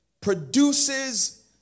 produces